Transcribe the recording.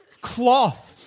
Cloth